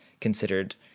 considered